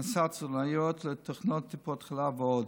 הכנסת תזונאיות לתחנות טיפות חלב ועוד.